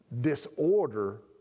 disorder